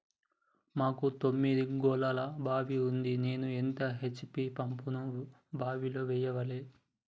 మాకు తొమ్మిది గోళాల బావి ఉంది నేను ఎంత హెచ్.పి పంపును బావిలో వెయ్యాలే?